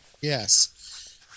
Yes